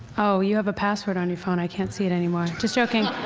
oh, you have a password on your phone. i can't see it anymore. just joking.